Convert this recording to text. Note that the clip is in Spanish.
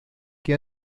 que